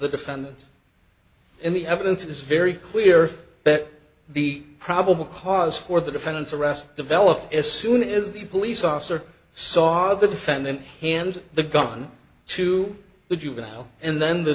the defendant in the evidence is very clear that the probable cause for the defendant's arrest developed as soon as the police officer saw the defendant hand the gun to the juvenile and then the